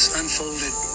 unfolded